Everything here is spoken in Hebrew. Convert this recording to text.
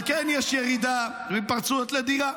אבל כן יש ירידה בהתפרצויות לדירה.